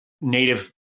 native